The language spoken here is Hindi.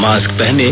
मास्क पहनें